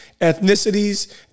ethnicities